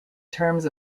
terms